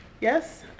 Yes